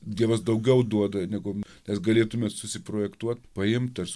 dievas daugiau duoda negu mes galėtume susiprojektuot paimt tas